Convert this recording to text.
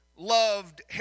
loved